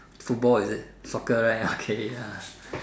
football is it soccer right okay ya